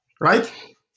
Right